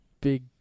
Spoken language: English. Big